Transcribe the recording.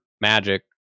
Magic